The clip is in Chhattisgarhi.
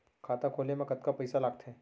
खाता खोले मा कतका पइसा लागथे?